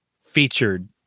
featured